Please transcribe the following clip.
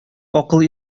акыл